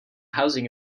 housing